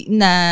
na